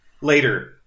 Later